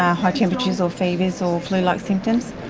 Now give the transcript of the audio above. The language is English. ah high temperatures or fevers or flu like symptoms?